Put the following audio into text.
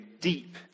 deep